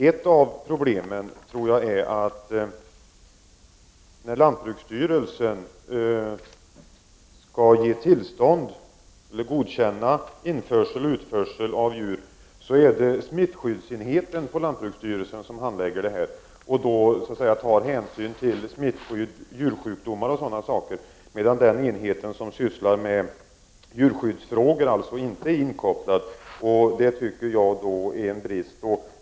Ett av problemen är nog att när lantbruksstyrelsen skall godkänna inresp. utförsel av djur är det smittskyddsenheten som har att handlägga ärendet. Man skall då ta hänsyn till bl.a. smittskydd och djursjukdomar, medan den enhet som sysslar med djurskyddsfrågor inte är inkopplad, vilket jag anser vara en brist.